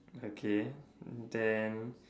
okay and then